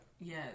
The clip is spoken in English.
yes